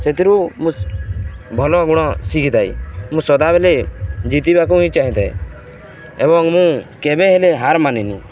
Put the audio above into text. ସେଥିରୁ ମୁଁ ଭଲ ଗୁଣ ଶିଖିଥାଏ ମୁଁ ସଦାବେଳେ ଜିତିବାକୁ ହିଁ ଚାହିଁଥାଏ ଏବଂ ମୁଁ କେବେ ହେଲେ ହାର ମାନିନି